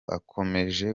akomeje